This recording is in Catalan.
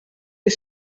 fer